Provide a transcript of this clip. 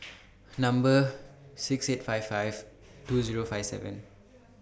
Number six eight five five two Zero five nine